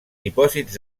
dipòsits